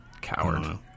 Coward